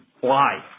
fly